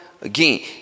again